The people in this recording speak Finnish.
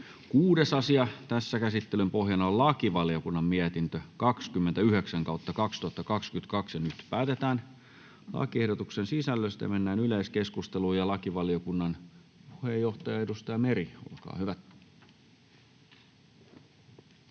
6. asia. Käsittelyn pohjana on lakivaliokunnan mietintö LaVM 29/2022 vp. Nyt päätetään lakiehdotusten sisällöstä. — Mennään yleiskeskusteluun. Lakivaliokunnan puheenjohtaja, edustaja Meri, olkaa hyvä.